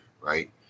right